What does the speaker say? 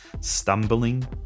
stumbling